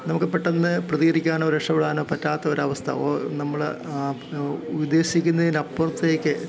നമുക്ക് പെട്ടെന്ന് പ്രതികരിക്കാനോ രക്ഷപ്പെടാനോ പറ്റാത്ത ഒരവസ്ഥ നമ്മൾ ഉദ്ദേശിക്കുന്നതിൽ അപ്പുറത്തേക്ക്